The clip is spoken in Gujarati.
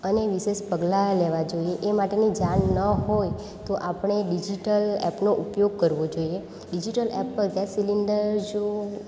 અને વિશેષ પગલાં લેવાં જોઈએ એ માટેની જાણ ન હોય તો આપણે ડિજિટલ એપનો ઉપયોગ કરવો જોઈએ ડિજિટલ એપ પર ગેસ સિલિન્ડર જો